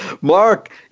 Mark